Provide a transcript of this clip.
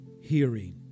hearing